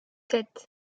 sept